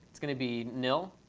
it's going to be nil.